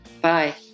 Bye